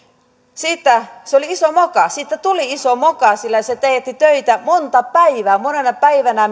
se oli iso moka siitä tuli iso moka sillä se teetti töitä monta päivää monena päivänä